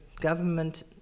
government